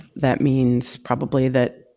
that means, probably, that